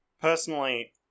Personally